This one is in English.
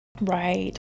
right